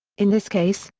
in this case,